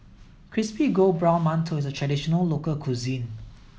Crispy Gold Brown Mantou is a traditional local cuisine